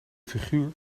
figuur